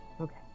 Okay